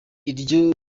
iryo